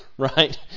Right